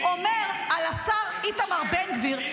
-- אומר על השר איתמר בן גביר,